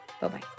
Bye-bye